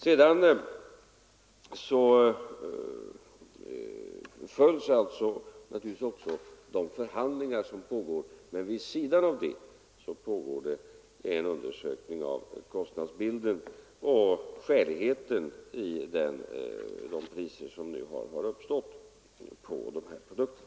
Vi följer naturligtvis de förhandlingar som pågår, men vid sidan av dem pågår en undersökning av kostnadsbilden och skäligheten i de priser som nu har uppstått på de här produkterna.